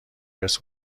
ارث